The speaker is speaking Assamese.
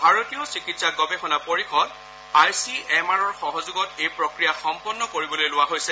ভাৰতীয় চিকিৎসা গৱেষণা পৰিষদ আই চি এম আৰৰ সহযোগত এই প্ৰক্ৰিয়া সম্পন্ন কৰিবলৈ লোৱা হৈছে